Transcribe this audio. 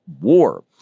war